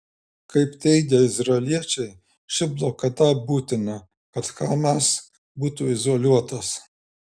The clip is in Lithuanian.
kaip teigia izraeliečiai ši blokada būtina kad hamas būtų izoliuotas